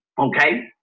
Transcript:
okay